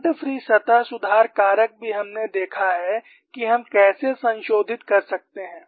front free सतह सुधार कारक भी हमने देखा है कि हम कैसे संशोधित कर सकते हैं